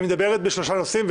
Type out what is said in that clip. היא מדברת על שלושה נושאים.